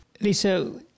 Lisa